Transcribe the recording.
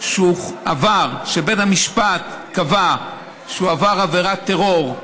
שבית המשפט קבע שהוא עבר עבירת טרור,